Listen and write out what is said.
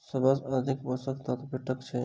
सबसँ अधिक पोसक तत्व भेटय छै?